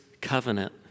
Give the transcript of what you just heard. covenant